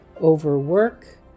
overwork